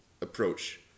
approach